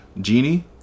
genie